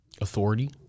authority